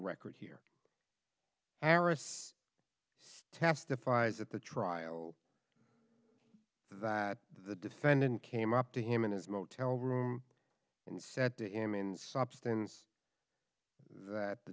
record here harris testifies at the trial that the defendant came up to him in his motel room and said to him in substance that the